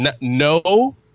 no